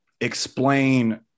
explain